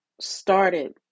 started